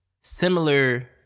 similar